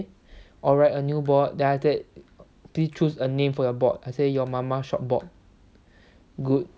alright a new bot then I said please choose a name for your bot I say your mama shop bot good